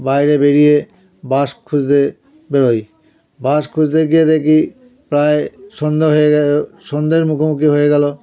বাইরে বেরিয়ে বাস খুঁজতে বেরোই বাস খুঁজতে গিয়ে দেখি প্রায় সন্ধ্যা হয়ে গেলো সন্ধ্যের মুখোমুখি হয়ে গেলো